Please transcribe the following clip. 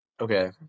Okay